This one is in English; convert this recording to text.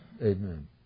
Amen